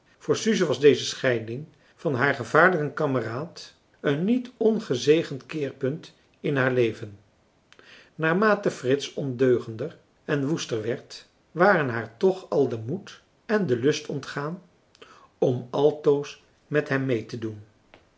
voor suze was deze scheiding van haar gevaarlijken kameraad een niet ongezegend keerpunt in haar leven naarmate frits ondeugender en woester werd waren haar toch al de moed en de lust ontgaan om altoos met hem mee te doen